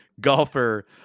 golfer